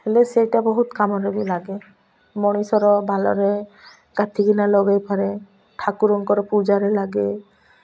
ହେଲେ ସେଇଟା ବହୁତ କାମରେ ବି ଲାଗେ ମଣିଷର ବାଲରେ କାଟିକିନା ଲଗେଇପାରେ ଠାକୁରଙ୍କର ପୂଜାରେ ଲାଗେ